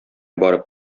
барып